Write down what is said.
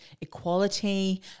equality